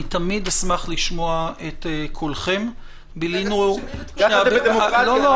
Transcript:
אני תמיד אשמח לשמוע את קולכם --- כך זה בדמוקרטיה,